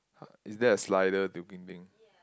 uh is there a slider looking thing